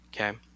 okay